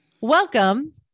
welcome